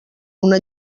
una